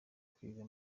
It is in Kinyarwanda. kwiga